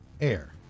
air